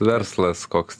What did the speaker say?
verslas koks